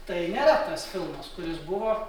tai nėra tas filmas kuris buvo